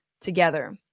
together